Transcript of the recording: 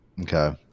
Okay